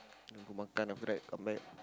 want to go makan then after that come back